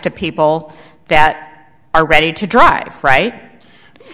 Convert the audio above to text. to people that are ready to drive right